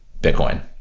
Bitcoin